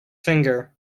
finger